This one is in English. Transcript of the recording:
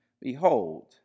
Behold